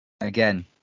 Again